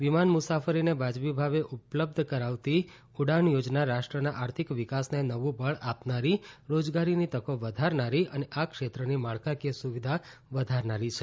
વિમાન મુસાફરીને વાજબી ભાવે ઉપલબ્ધ કરાવતી ઉડાન યોજના રાષ્ટ્રના આર્થિક વિકાસને નવું બળ આપનારી રોજગારીની તકો વધારનારી તથા આ ક્ષેત્રની માળખાકીય સુવિધા વધારનારી છે